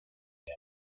them